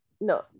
no